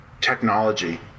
technology